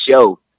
show